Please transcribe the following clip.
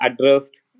addressed